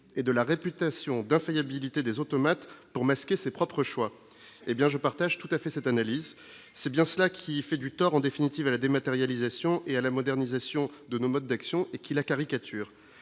et de la réputation d'infaillibilité des automates pour masquer ses propres choix, hé bien je partage tout à fait cette analyse, c'est bien cela qui fait du tort en définitive à la dématérialisation et à la modernisation de nos modes d'action qui la caricature